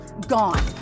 gone